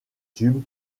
tubes